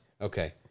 Okay